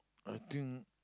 I think